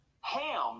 Ham